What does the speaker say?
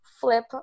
flip